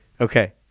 okay